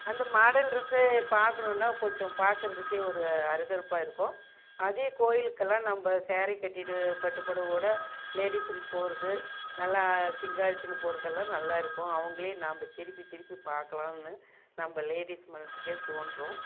அந்த model dress பார்க்கணுனா கொஞ்சம் பார்க்கறதுக்கே ஒரு அறுதருப்பா இருக்கும் அதே கோயிலுக்கெல்லாம் நம்ப சரி கட்டிகிட்டு பட்டு புடவக்கூட லேடிஸுங்க போறது நல்லா சிங்காரிச்சின்னு போகிறதெல்லாம் நல்லா இருக்கும் அவங்ளே நாம்ப திருப்பி திருப்பி பார்க்லானு நம்ப லேடிஸ் மனசுக்கே தோன்றும்